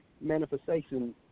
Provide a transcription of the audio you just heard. manifestation